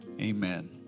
amen